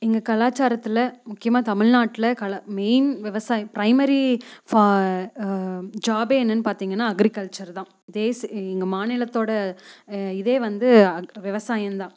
எங்கள் கலாசாரத்தில் முக்கியமாக தமிழ்நாட்டில் மெயின் விவசாயம் ப்ரைமரி ஜாபே என்னன்னு பார்த்திங்கனா அக்ரிகல்ச்சர் தான் தேசம் எங்கள் மாநிலத்தோட இதே வந்து விவசாயம்தான்